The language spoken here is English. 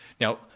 Now